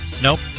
Nope